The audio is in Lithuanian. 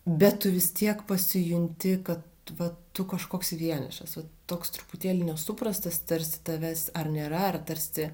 bet tu vis tiek pasijunti kad tu va tu kažkoks vienišas va toks truputėlį nesuprastas tarsi tavęs ar nėra ar tarsi